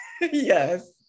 Yes